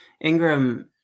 Ingram